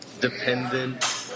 Dependent